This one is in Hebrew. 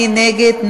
מי נגד?